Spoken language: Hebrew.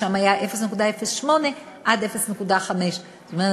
ושם היה 0.08% עד 0.5%. זאת אומרת,